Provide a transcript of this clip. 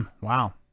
Wow